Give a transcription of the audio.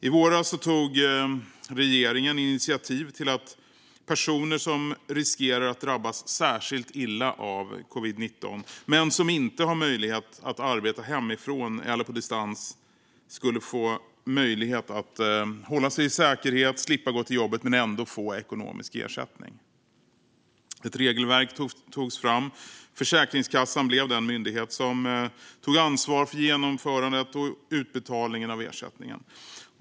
I våras tog regeringen initiativ till att personer som riskerar att drabbas särskilt illa av covid-19 men som inte kan arbeta hemifrån eller på distans skulle få möjlighet att hålla sig i säkerhet och slippa gå till jobbet men ändå få ekonomisk ersättning. Ett regelverk togs fram. Försäkringskassan blev den myndighet som tog ansvar för genomförandet och för utbetalningen av ersättningen.